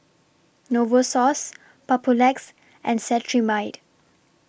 Novosource Papulex and Cetrimide